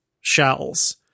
shells